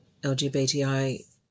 LGBTI